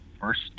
first